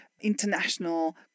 international